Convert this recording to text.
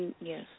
Yes